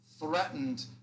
threatened